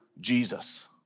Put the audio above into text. Jesus